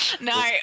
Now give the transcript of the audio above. No